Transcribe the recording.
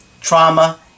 trauma